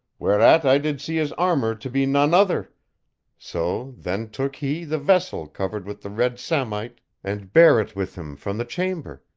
whereat i did see his armor to be none other so then took he the vessel covered with the red samite and bare it with him from the chamber,